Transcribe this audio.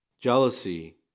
Jealousy